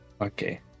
Okay